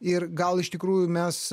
ir gal iš tikrųjų mes